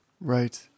Right